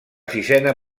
sisena